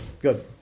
Good